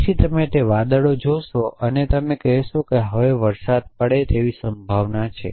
તેથી તમે તે વાદળો જોશો અને તમે કહો છો કે હવે વરસાદ પડે તેવી સંભાવના છે